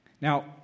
Now